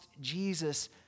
Jesus